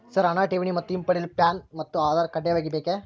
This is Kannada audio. ಸರ್ ಹಣ ಠೇವಣಿ ಮತ್ತು ಹಿಂಪಡೆಯಲು ಪ್ಯಾನ್ ಮತ್ತು ಆಧಾರ್ ಕಡ್ಡಾಯವಾಗಿ ಬೇಕೆ?